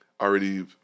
already